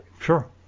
Sure